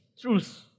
truth